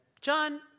john